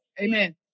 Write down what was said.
Amen